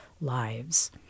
lives